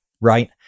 right